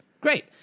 Great